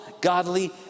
godly